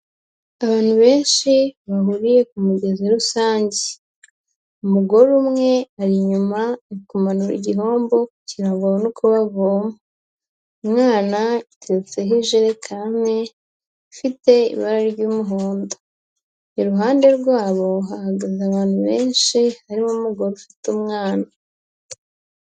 Abantu benshi bahuriye ku mugezi rusange, umugore umwe ari inyuma kumanura igihombo kugira ngo ba one uko bavoma. Umwana ateretseho ijekani ifite ibara ry'umuhondo, iruhande rw'abo hahagaze abantu benshi harimo umugore ufite umwana.